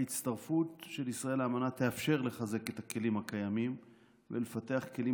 ההצטרפות של ישראל לאמנה תאפשר לחזק את הכלים הקיימים ולפתח כלים